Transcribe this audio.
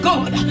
God